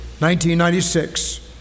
1996